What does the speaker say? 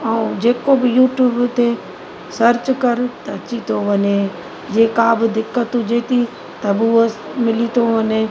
ऐं जेको बि यूट्यूब ते सर्च करु त अची थो वञे जेका बि दिक़त त बि हूअ मिली थो वञे